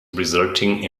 resulting